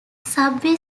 subway